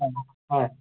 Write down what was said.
হ্যাঁ হ্যাঁ